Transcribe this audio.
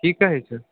कि कहै छै